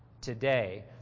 today